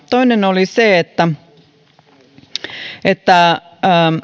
toinen oli se että että